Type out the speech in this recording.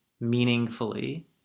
meaningfully